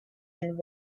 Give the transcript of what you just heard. and